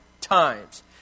times